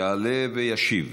יעלה וישיב